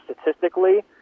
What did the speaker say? statistically